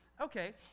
Okay